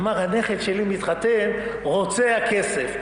אמר: הנכד שלי מתחתן, רוצה הכסף.